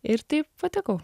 ir taip patekau